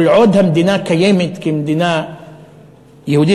כל עוד המדינה קיימת כמדינה יהודית,